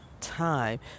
time